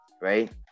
right